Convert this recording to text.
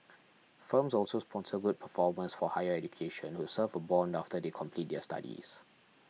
firms also sponsor good performers for higher education who serve a bond after they complete their studies